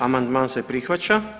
Amandman se prihvaća.